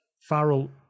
Farrell